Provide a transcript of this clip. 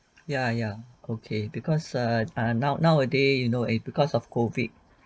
ya ya okay because err uh now nowaday you know eh because of COVID